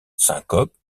syncopes